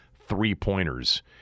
three-pointers